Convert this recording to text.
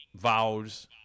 vows